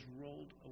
rolled